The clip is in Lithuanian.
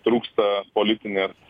trūksta politinės